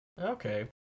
Okay